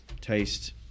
taste